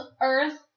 earth